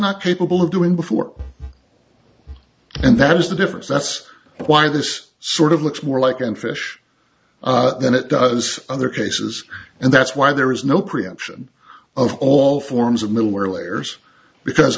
not capable of doing before and that is the difference that's why this sort of looks more like an fish than it does other cases and that's why there is no preemption of all forms of middleware layers because